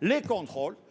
les contrôles-